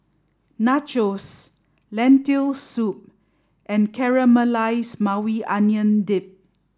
Nachos Lentil soup and Caramelized Maui Onion Dip